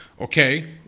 Okay